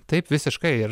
taip visiškai ir